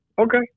Okay